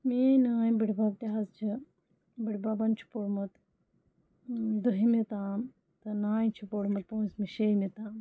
میٛٲنۍ نانۍ بٔڑبَب تہِ حظ چھِ بٔڑبَبَن چھُ پوٚرمُت دٔہمہِ تام تہٕ نانہِ چھِ پوٚرمُت پونٛژمہِ شیٚیمہِ تام